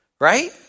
right